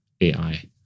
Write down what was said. AI